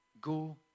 go